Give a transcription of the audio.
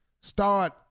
start